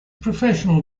professional